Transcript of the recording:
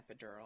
epidural